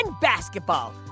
basketball